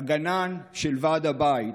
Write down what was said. הגנן של ועד הבית,